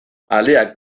aleak